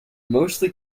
mostly